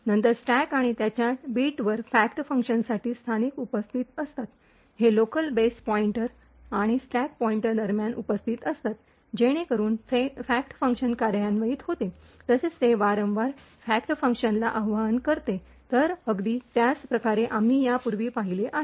नंतर स्टॅक आणि त्याच्या बिटवर फॅक्ट फंक्शनसाठी स्थानिक उपस्थित असतात हे लोकल बेस पॉईंटर आणि स्टॅक पॉईंटर दरम्यान उपस्थित असतात जेणेकरून फॅक्ट फंक्शन कार्यान्वित होते तसेच ते वारंवार फॅक्ट फंक्शनला आवाहन करते तर अगदी त्याच प्रकारे आम्ही यापूर्वी पाहिले आहे